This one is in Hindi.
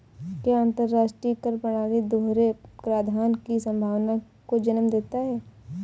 क्या अंतर्राष्ट्रीय कर प्रणाली दोहरे कराधान की संभावना को जन्म देता है?